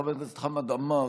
חבר הכנסת חמד עמאר,